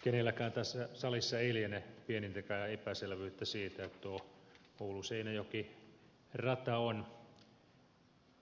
kenelläkään tässä salissa ei liene pienintäkään epäselvyyttä siitä että tuo ouluseinäjoki rata on